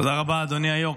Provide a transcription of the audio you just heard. תודה רבה, אדוני היו"ר.